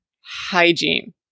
hygiene